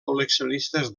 col·leccionistes